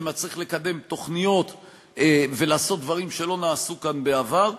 זה מצריך לקדם תוכניות ולעשות דברים שלא נעשו כאן בעבר,